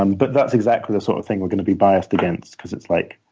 um but that's exactly the sort of thing we're going to be biased against because it's like,